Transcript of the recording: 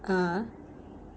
(uh huh)